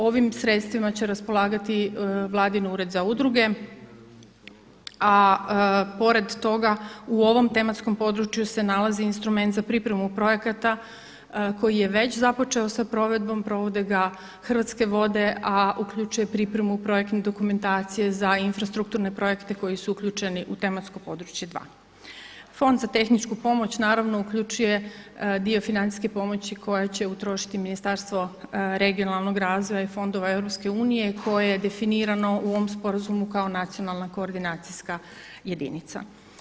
Ovim sredstvima će raspolagati Vladin ured za udruge a pored toga u ovom tematskom području se nalazi instrument za pripremu projekata koji je već započeo sa provedbom, provode ga Hrvatske vode a uključuje pripremu projektne dokumentacije za infrastrukturne projekte koji su uključeni u tematsko područje 2. Fond za tehničku pomoć naravno uključuje dio financijske pomoći koja će utrošiti Ministarstvo regionalnog razvoja i fondova EU koje je definirano u ovom sporazumu kao nacionalna koordinacijska jedinica.